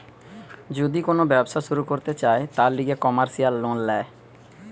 যদি কোন ব্যবসা শুরু করতে চায়, তার লিগে কমার্সিয়াল লোন ল্যায়